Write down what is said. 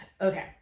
Okay